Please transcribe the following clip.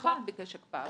הלקוח ביקש הקפאה.